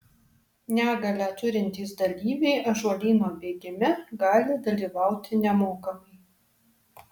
negalią turintys dalyviai ąžuolyno bėgime gali dalyvauti nemokamai